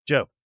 Joe